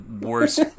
worst